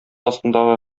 астындагы